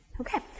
okay